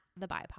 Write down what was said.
thebipod